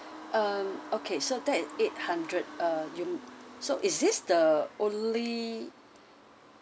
mmhmm uh okay so that eight hundred uh you so is this the only